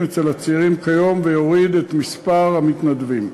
אצל הצעירים כיום ויוריד את מספר המתנדבים.